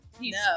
No